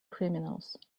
criminals